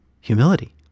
humility